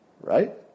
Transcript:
right